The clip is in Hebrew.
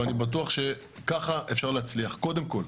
ואני בטוח שככה אפשר להצליח קודם כול.